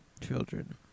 children